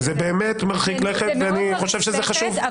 שזה באמת מרחיק לכת ואני חושב שזה חשוב.